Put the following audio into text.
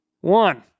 one